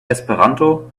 esperanto